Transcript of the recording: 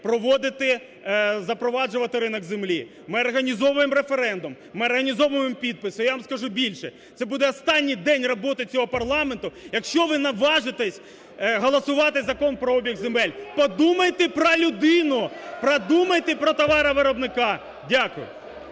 проводити, запроваджувати ринок землі. Ми організовуємо референдум, ми організовуємо підписи. І я вам скажу більше, це буде останній день роботи цього парламенту, якщо ви наважитесь голосувати Закон про обіг земель! Подумайте про людину! (Шум у залі) Подумайте про товаровиробника. Дякую.